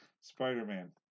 Spider-Man